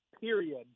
period